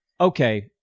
okay